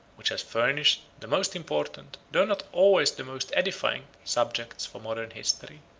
which has furnished the most important, though not always the most edifying, subjects for modern history.